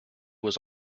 was